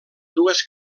dues